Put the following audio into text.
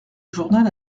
journal